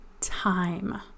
time